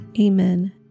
Amen